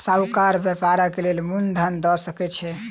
साहूकार व्यापारक लेल मूल धन दअ सकै छै